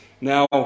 Now